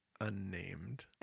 unnamed